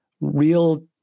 real